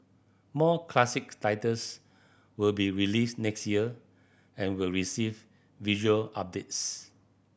more classic titles will be released next year and will receive visual updates